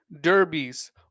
derbies